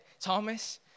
Thomas